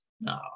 no